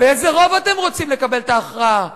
באיזה רוב אתם רוצים לקבל את ההכרעה?